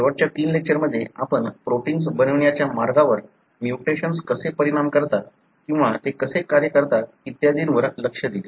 शेवटच्या तीन लेक्चरमध्ये आपण प्रोटिन्स बनवण्याच्या मार्गावर म्युटेशन्स कसे परिणाम करतात किंवा ते कसे कार्य करतात इत्यादींवर लक्ष दिले